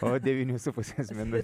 o devynių su puses minuč